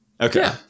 Okay